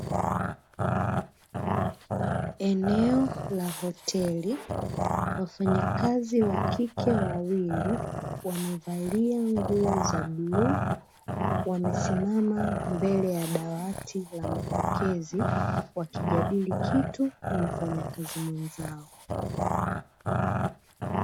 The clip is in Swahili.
Eneo la hoteli, wafanyakazi wa kike wawili wamevalia nguo za bluu wamesimama mbele ya dawati la mapokezi wakijadili kitu na mfanyakazi mwenzao.